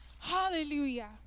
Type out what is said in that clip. hallelujah